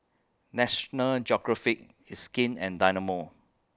National Geographic It's Skin and Dynamo